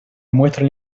muestra